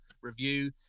review